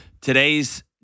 Today's